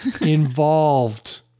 involved